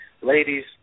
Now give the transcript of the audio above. Ladies